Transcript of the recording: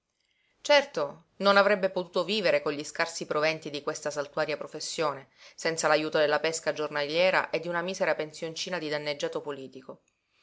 certo non avrebbe potuto vivere con gli scarsi proventi di questa saltuaria professione senza l'ajuto della pesca giornaliera e di una misera pensioncina di danneggiato politico